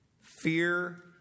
Fear